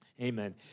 Amen